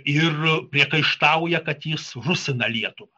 ir priekaištauja kad jis rusina lietuvą